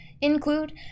include